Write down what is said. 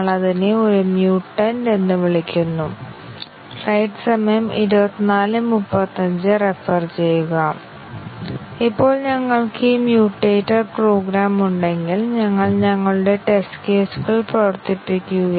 അതിനാൽ നമുക്ക് ടെസ്റ്റ് കേസുകൾ x 1 ന് തുല്യമാണ് y 1 ന് തുല്യമാണ് x 1 ന് തുല്യമാണ് y 2 ന് തുല്യമാണ് മുതലായവ ഒരു ചെറിയ പ്രോഗ്രാം 3 ലൈൻ അല്ലെങ്കിൽ 4 ലൈൻ പ്രോഗ്രാമിനായി ആ ടെസ്റ്റ് കേസുകൾ നടപ്പിലാക്കും